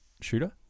Shooter